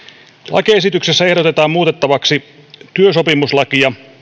lakiesityksessä ehdotetaan muutettavaksi työsopimuslakia